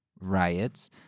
riots